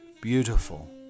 beautiful